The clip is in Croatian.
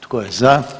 Tko je za?